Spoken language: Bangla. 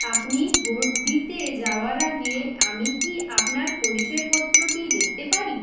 আপনি ভোট দিতে যাওয়ার আগে আমি কি আপনার পরিচয়পত্রটি দেখতে পারি